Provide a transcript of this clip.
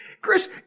Chris